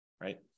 right